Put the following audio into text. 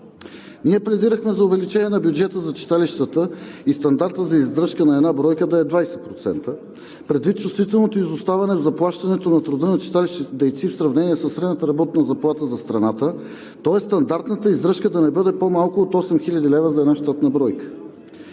Ние пледирахме за увеличение на бюджета за читалищата и стандарта за издръжка на една бройка да е 20% предвид чувствителното изоставане в заплащането на труда на читалищните дейци в сравнение със средната работна заплата за страната, тоест стандартната издръжка да не бъде по-малко от 8 хил. лв. за една щатна бройка.